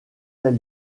tel